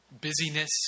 busyness